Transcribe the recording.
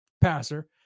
passer